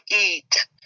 eat